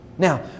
Now